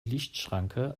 lichtschranke